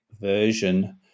version